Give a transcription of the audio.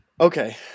Okay